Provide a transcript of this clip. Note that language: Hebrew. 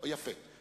יפה.